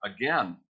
again